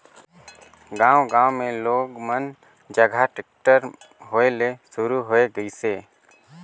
गांव गांव मे लोग मन जघा टेक्टर होय ले सुरू होये गइसे